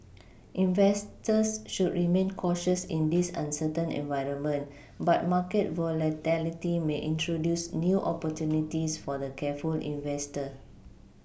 investors should remain cautious in this uncertain environment but market volatility may introduce new opportunities for the careful investor